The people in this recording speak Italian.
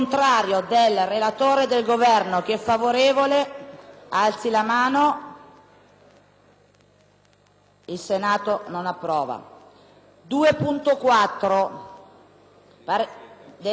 **Il Senato non approva.**